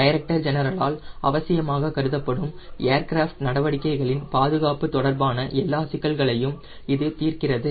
director ஜெனரலால் அவசியமாகக் கருதப்படும் ஏர்கிராப்ட் நடவடிக்கைகளின் பாதுகாப்பு தொடர்பான எல்லா சிக்கல்களையும் இது தீர்க்கிறது